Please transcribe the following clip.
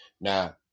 Now